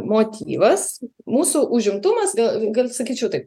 motyvas mūsų užimtumas ve gal sakyčiau taip